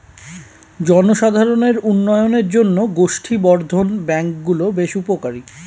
জনসাধারণের উন্নয়নের জন্য গোষ্ঠী বর্ধন ব্যাঙ্ক গুলো বেশ উপকারী